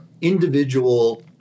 individual